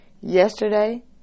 yesterday